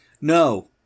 No